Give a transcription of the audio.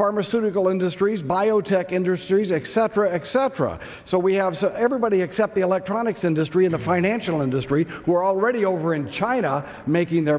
pharmaceutical industries biotech industries except for except for a so we have so everybody except the electronics industry in the financial industry who are already over in china making their